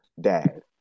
dad